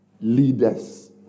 leaders